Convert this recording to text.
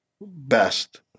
best